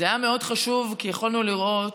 זה היה מאוד חשוב, כי יכולנו לראות